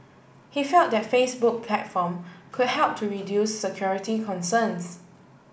he felt the Facebook platform could help to reduce security concerns